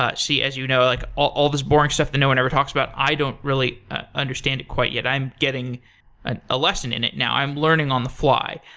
ah c, as you know, like all all these boring stuff that no one ever talks about. i don't really understand it quite yet. i'm getting and a lesson in it now. i'm learning on the fly.